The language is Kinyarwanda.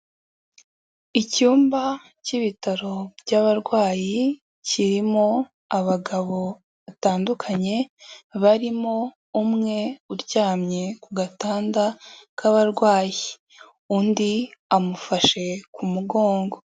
Icyumba cy'ibitaro by'abarwayi kirimo abagabo batandukanye, barimo umwe uryamye ku gatanda k'abarwayi undi amufashe ku mugongo.